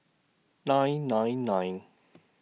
nine nine nine